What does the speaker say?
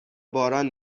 باران